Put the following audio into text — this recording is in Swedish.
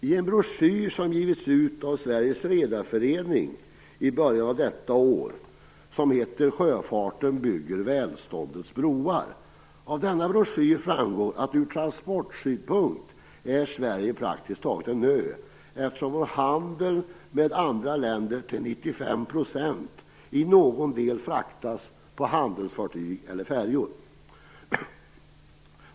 I en broschyr som givits ut av Sveriges Redareförening i början av detta år, som heter Sjöfarten bygger välståndets broar, framgår att Sverige ur transportsynpunkt praktiskt taget är en ö, eftersom vår handel med andra länder till 95 % i någon del sker via handelsfartyg eller färjor.